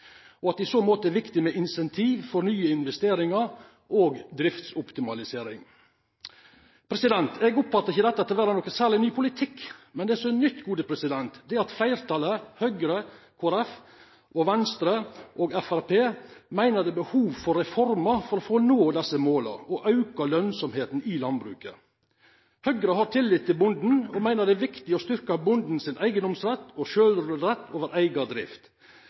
og at det i så måte er viktig med incentiv for nye investeringar og driftsoptimalisering. Eg oppfattar ikkje dette som å vera noko særleg ny politikk. Men det som er nytt, er at fleirtalet – Høgre, Kristeleg Folkeparti, Venstre og Framstegspartiet – meiner det er behov for reformer for å nå desse måla, og å auka lønsemda i landbruket. Høgre har tillit til bonden og meiner det er viktig å styrkja bondens eigedomsrett til og sjølvråderett over eiga drift.